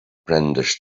brandished